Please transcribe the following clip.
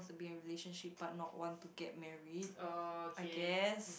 to be in a relationship but not want to get married I guess